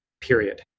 period